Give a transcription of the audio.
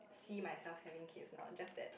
see myself having kids now just that